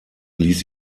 ließ